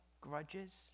grudges